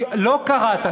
קראנו בקריאה, לא קראת.